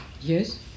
Yes